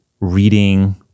reading